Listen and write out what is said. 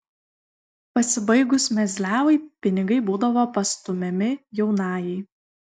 pasibaigus mezliavai pinigai būdavo pastumiami jaunajai